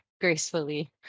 gracefully